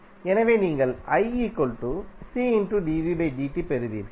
எனவே நீங்கள் பெறுவீர்கள்